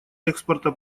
экспорта